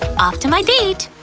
off to my date!